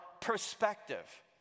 perspective